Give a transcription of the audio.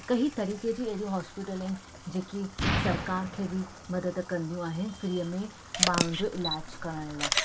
कईं तरीक़े जी अहिड़ी हॉस्पिटल आहिनि जेकी सरकार खे बि मदद कंदियूं आहिनि फ़्रीअ में माण्हुनि जो इलाजु करण लाइ